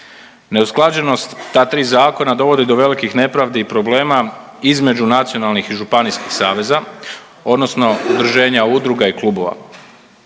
Neusklađenost ta tri zakona dovodi do velikih nepravdi i problema između nacionalnih i županijskih saveza odnosno udruženja, udruga i klubova